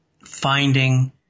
finding